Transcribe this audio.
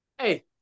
Hey